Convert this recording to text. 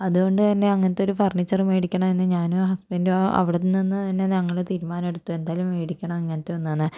അതുകൊണ്ട് തന്നെ അങ്ങനത്തൊരു ഫണീച്ചറ് മേടിക്കണം എന്ന് ഞാനും ഹസ്ബൻഡും അവിടുന്ന് നിന്ന് തന്നെ ഞങ്ങള് തീരുമാനം എടുത്ത് എന്തായാലും മേടിക്കണം ഇങ്ങനത്തെ ഒന്ന് എന്ന്